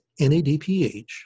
NADPH